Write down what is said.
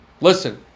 Listen